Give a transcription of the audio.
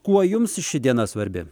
kuo jums ši diena svarbi